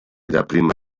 dapprima